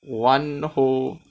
one whole